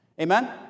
Amen